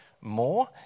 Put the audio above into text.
more